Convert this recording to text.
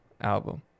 album